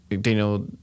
Daniel